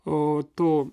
o tų